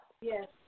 Yes